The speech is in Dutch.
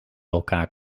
elkaar